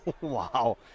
Wow